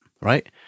right